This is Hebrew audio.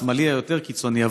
השמאלי היותר-קיצוני.